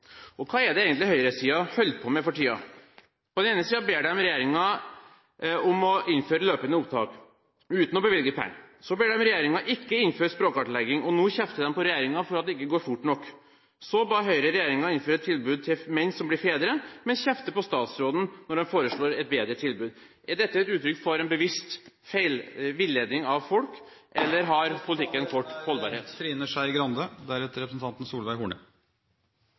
riktig. Hva er det egentlig høyresiden holder på med for tiden? På den ene siden ber de regjeringen om å innføre løpende opptak, uten å bevilge penger. Så ber de regjeringen ikke innføre språkkartlegging, og nå kjefter de på regjeringen for at det ikke går fort nok. Så ba Høyre regjeringen innføre et tilbud til menn som ble fedre, men kjefter på statsråden når det foreslås et bedre tilbud. Er dette et uttrykk for at en bevisst villeder folk, eller har politikken kort